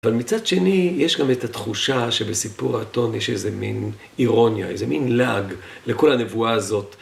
אבל מצד שני, יש גם את התחושה שבסיפור האתון יש איזה מין אירוניה, איזה מין לעג לכל הנבואה הזאת.